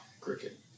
cricket